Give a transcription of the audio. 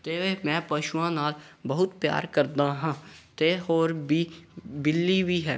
ਅਤੇ ਮੈਂ ਪਸ਼ੂਆਂ ਨਾਲ ਬਹੁਤ ਪਿਆਰ ਕਰਦਾ ਹਾਂ ਅਤੇ ਹੋਰ ਵੀ ਬਿੱਲੀ ਵੀ ਹੈ